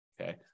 Okay